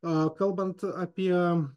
a kalbant apie